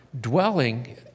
dwelling